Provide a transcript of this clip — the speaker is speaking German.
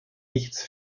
nichts